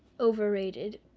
overrated.